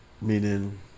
meaning